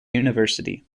university